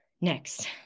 next